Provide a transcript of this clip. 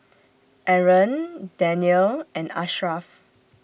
Aaron Daniel and Ashraf